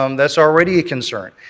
um that's already a concern.